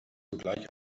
sogleich